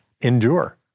endure